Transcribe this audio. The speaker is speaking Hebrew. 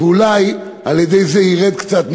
ואולי על-ידי זה ירד קצת,